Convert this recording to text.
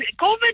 COVID